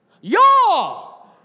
Y'all